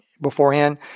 beforehand